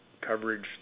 coverage